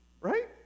Right